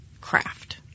craft